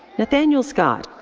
nathaniel scott.